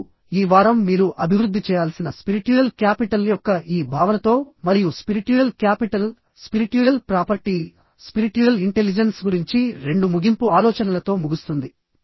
ఇప్పుడు ఈ వారం మీరు అభివృద్ధి చేయాల్సిన స్పిరిట్యుయల్ క్యాపిటల్ యొక్క ఈ భావనతో మరియు spiritual capital spiritual property spiritual intelligence గురించి రెండు ముగింపు ఆలోచనలతో ముగుస్తుంది